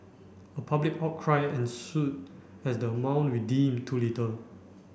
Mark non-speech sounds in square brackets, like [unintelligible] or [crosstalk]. a public outcry ensued as the amount [unintelligible] deemed too little